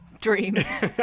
Dreams